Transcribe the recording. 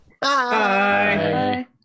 Bye